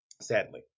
Sadly